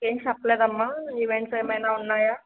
ఏం చెప్పలేదమ్మ ఈవెంట్స్ ఏమైనా ఉన్నాయా